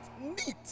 Neat